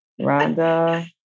Rhonda